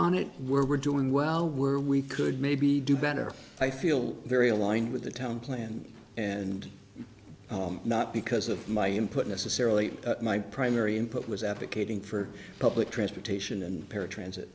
it were doing well were we could maybe do better i feel very aligned with the town planned and not because of my input necessarily my primary input was advocating for public transportation and paratransit